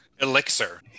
elixir